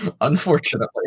unfortunately